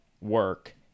work